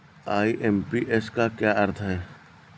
IMPS का क्या अर्थ है?